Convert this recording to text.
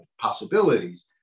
possibilities